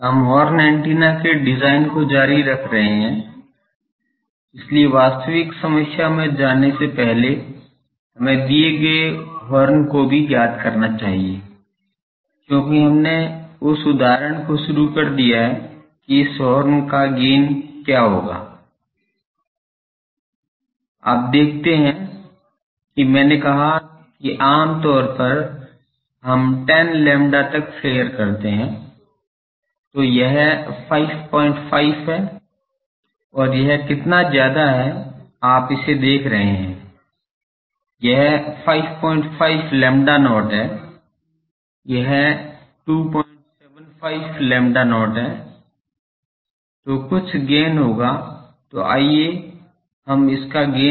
तो हमारे सूत्र के अनुसार है D